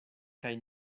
kaj